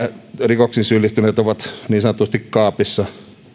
rikoksiin syyllistyneet ovat niin sanotusti kaapissa